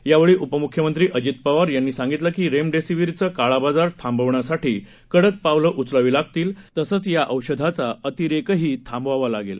यावेळी उपमुख्यमंत्री अजित पवार यांनी सांगितलं की रेमडीसिवीरचा काळाबाजार थांबविण्यासाठी कडक पावलं उचलावी लागतील तसंच या औषधाचा अतिरेकही थांबावावा लागेल